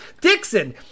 Dixon